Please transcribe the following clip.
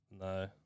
No